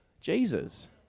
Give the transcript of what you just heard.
Jesus